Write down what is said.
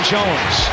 Jones